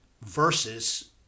versus